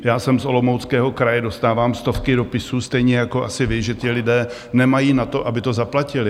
Já jsem z Olomouckého kraje, dostávám stovky dopisů, stejně jako asi vy, že ti lidé nemají na to, aby to zaplatili.